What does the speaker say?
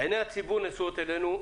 עיניי הציבור נשואות אלינו,